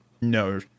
No